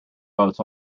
boats